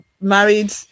married